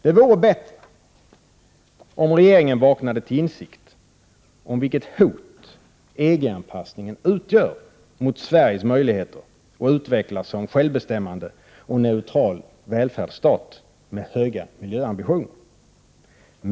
Det vore bättre om regeringen vaknade till insikt om vilket hot EG anpassningen utgör mot Sveriges möjligheter att utvecklas som självbestämmande och neutral välfärdsstat med höga miljöambitioner.